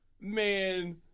Man